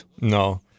No